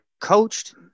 coached